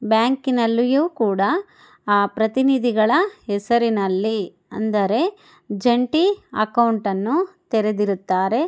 ಬ್ಯಾಂಕಿನಲ್ಲಿಯೂ ಕೂಡ ಆ ಪ್ರತಿನಿಧಿಗಳ ಹೆಸರಿನಲ್ಲಿ ಅಂದರೆ ಜಂಟಿ ಅಕೌಂಟನ್ನು ತೆರೆದಿರುತ್ತಾರೆ